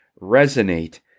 resonate